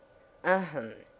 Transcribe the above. ahem!